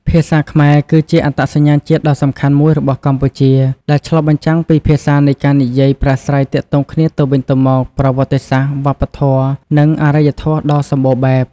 ភាសាខ្មែរគឺជាអត្តសញ្ញាណជាតិដ៏សំខាន់មួយរបស់កម្ពុជា ដែលឆ្លុះបញ្ចាំងពីភាសារនៃការនិយាយប្រាស្រ័យទាក់ទងគ្នាទៅវិញទៅមក ប្រវត្តិសាស្ត្រ វប្បធម៌ និងអរិយធម៌ដ៏សម្បូរបែប។